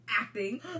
acting